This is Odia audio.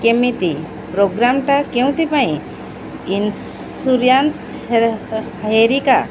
କେମିତି ପ୍ରୋଗ୍ରାମ୍ଟା କେଉଁଥିପାଇଁ ଇନ୍ସ୍ୟୁରାନ୍ସ ହେରିକା